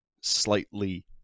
slightly